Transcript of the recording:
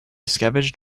scavenged